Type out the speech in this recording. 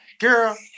Girl